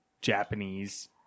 Japanese